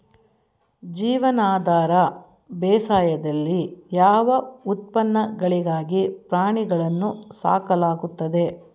ಜೀವನಾಧಾರ ಬೇಸಾಯದಲ್ಲಿ ಯಾವ ಉತ್ಪನ್ನಗಳಿಗಾಗಿ ಪ್ರಾಣಿಗಳನ್ನು ಸಾಕಲಾಗುತ್ತದೆ?